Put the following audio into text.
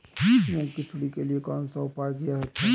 मूंग की सुंडी के लिए कौन सा उपाय किया जा सकता है?